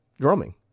drumming